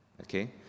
okay